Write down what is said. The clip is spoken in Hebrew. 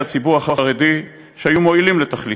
הציבור החרדי שהיו מועילות לתכליתו.